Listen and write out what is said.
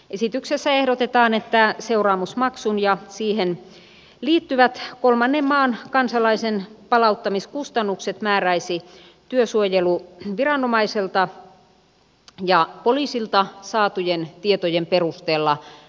esityksessä ehdotetaan että seuraamusmaksun ja siihen liittyvät kolmannen maan kansalaisen palauttamiskustannukset määräisi työsuojeluviranomaiselta ja poliisilta saatujen tietojen perusteella maahanmuuttovirasto